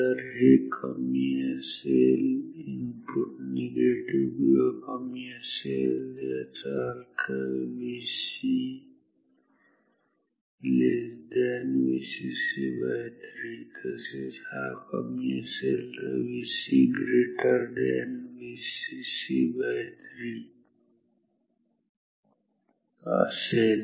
जर हे कमी असेल इनपुट निगेटिव्ह किंवा कमी असेल त्याचा अर्थ जर Vc Vcc3 आणि तसेच हा कमी असेल जर Vc Vcc3 असेल